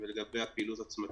ולגבי הפעילות עצמה.